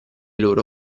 loro